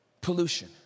pollution